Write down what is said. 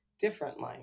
differently